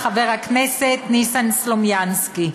חבר הכנסת ניסן סלומינסקי.